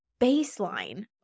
baseline